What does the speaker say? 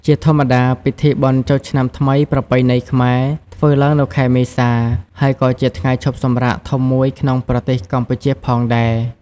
ជាធម្មតា ពិធីបុណ្យចូលឆ្នាំថ្មីប្រពៃណីខ្មែរធ្វើឡើងនៅខែមេសា ហើយក៏ជាថ្ងៃឈប់សម្រាកធំមួយក្នុងប្រទេសកម្ពុជាផងដែរ។